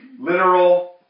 Literal